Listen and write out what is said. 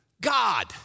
God